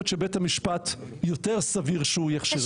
שבית המשפט יותר סביר שהוא יכשיר את החוק?